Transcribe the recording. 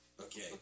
okay